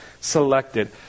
selected